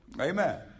Amen